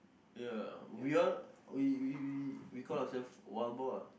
ya we all we we we we call ourselves wild boar ah